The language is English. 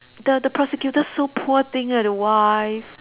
the the prosecutor so poor thing leh the wife